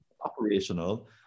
operational